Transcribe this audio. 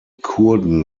kurden